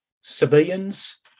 civilians